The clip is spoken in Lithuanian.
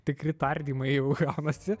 tikri tardymai jau gaunasi